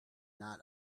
not